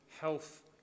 health